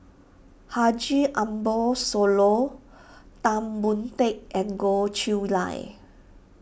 Haji Ambo Sooloh Tan Boon Teik and Goh Chiew Lye